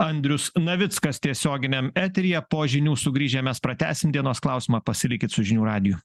andrius navickas tiesioginiam eteryje po žinių sugrįžę mes pratęsim dienos klausimą pasilikit su žinių radiju